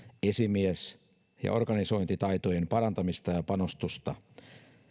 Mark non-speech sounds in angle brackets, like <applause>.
esimies ja organisointitaitojen parantamista ja panostusta <unintelligible> <unintelligible>